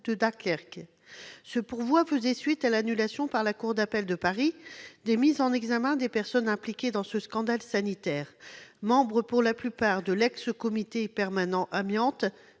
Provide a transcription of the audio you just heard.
de Dunkerque. Ce pourvoi faisait suite à l'annulation, par la cour d'appel de Paris, des mises en examen des personnes impliquées dans ce scandale sanitaire, pour la plupart membres de l'ex-Comité permanent amiante,